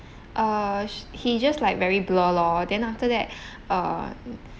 uh he just like very blur lor then after that uh